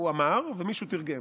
הוא אמר ומישהו תרגם.